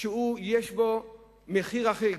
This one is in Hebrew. במחיר אחיד,